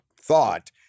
thought